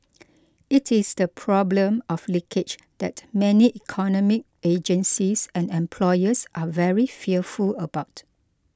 it is the problem of leakage that many economic agencies and employers are very fearful about